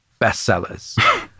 bestsellers